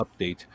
update